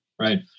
right